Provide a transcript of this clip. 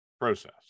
process